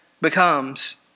becomes